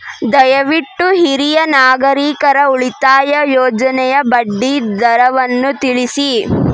ದಯವಿಟ್ಟು ಹಿರಿಯ ನಾಗರಿಕರ ಉಳಿತಾಯ ಯೋಜನೆಯ ಬಡ್ಡಿ ದರವನ್ನು ತಿಳಿಸಿ